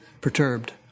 perturbed